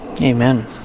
Amen